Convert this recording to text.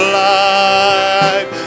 life